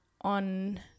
on